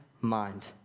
mind